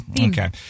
Okay